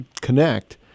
connect